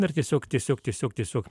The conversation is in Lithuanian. ar tiesiog tiesiog tiesiog tiesiog